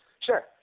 Sure